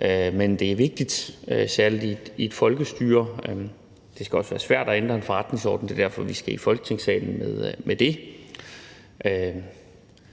noget, men det er vigtigt, særlig i et folkestyre. Det skal også være svært at ændre en forretningsorden. Det er derfor, vi skal i Folketingssalen med det.